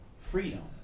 freedom